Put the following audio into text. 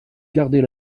gardez